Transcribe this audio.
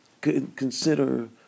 consider